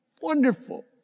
Wonderful